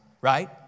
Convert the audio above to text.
right